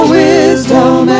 wisdom